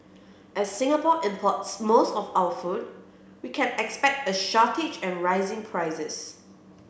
as Singapore import's most of our food we can expect a shortage and rising prices